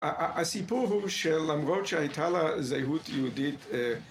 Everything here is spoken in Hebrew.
הסיפור הוא שלמרות שהייתה לה זהות יהודית